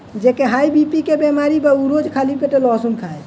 जेके high BP के बेमारी बा उ रोज खाली पेटे लहसुन खाए